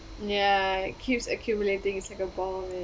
ya it keeps accumulating in singapore ya~